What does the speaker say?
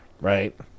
Right